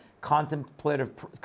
contemplative